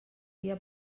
dia